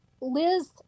Liz